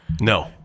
No